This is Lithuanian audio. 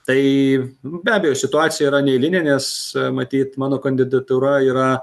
tai be abejo situacija yra neeilinė nes matyt mano kandidatūra yra